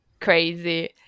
crazy